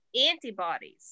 antibodies